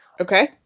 Okay